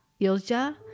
Ilja